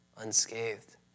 unscathed